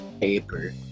paper